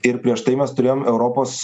ir prieš tai mes turėjom europos